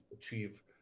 achieve